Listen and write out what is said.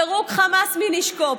פירוק חמאס מנשקו,